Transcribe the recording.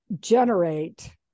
generate